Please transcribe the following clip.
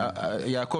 יעקב,